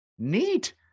neat